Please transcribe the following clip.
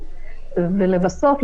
ולבסוף,